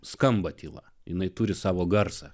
skamba tyla jinai turi savo garsą